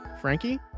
Frankie